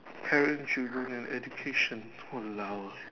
parents children and education walao eh